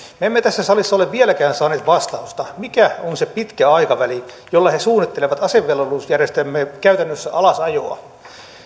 me emme tässä salissa ole vieläkään saaneet vastausta mikä on se pitkä aikaväli jolla he suunnittelevat asevelvollisuusjärjestelmien käytännössä alasajoa